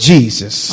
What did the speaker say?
Jesus